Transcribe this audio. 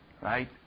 Right